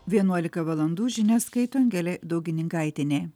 vienuolika valandų žinias skaito angelė daugininkaitienė